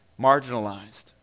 marginalized